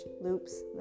loops